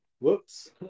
Whoops